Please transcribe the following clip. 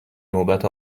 نوبت